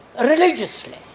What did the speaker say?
religiously